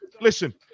listen